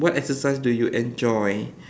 what exercise do you enjoy